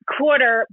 Quarter